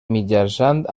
mitjançant